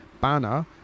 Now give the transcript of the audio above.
banner